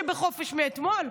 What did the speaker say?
שבחופש מאתמול.